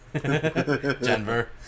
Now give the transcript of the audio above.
Denver